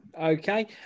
okay